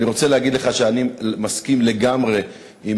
אני רוצה להגיד לך שאני מסכים לגמרי עם